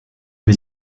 was